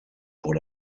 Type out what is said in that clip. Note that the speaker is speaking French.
pour